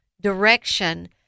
direction